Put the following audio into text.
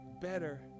Better